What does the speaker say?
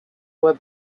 were